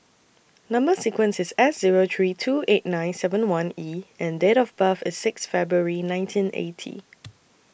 Number sequence IS S Zero three two eight nine seven one E and Date of birth IS six February nineteen eighty